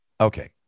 Okay